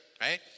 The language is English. right